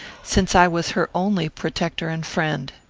since i was her only protector and friend.